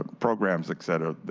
ah programs, etc.